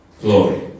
Glory